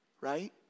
right